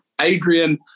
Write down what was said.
Adrian